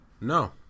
No